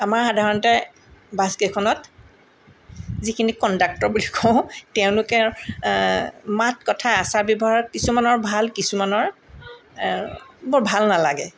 আমাৰ সাধাৰণতে বাছকেইখনত যিখিনি কণ্ডাক্টৰ বুলি কওঁ তেওঁলোকে মাত কথা আচাৰ ব্যৱহাৰত কিছুমানৰ ভাল কিছুমানৰ বৰ ভাল নালাগে